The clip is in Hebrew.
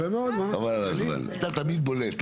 חבל על הזמן אתה תמיד בולט,